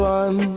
one